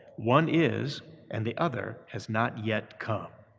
one is, and the other has not yet come.